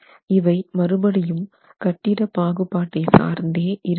இவை மறுபடியும் கட்டிட பாகுபாட்டை சார்ந்தே இருக்கிறது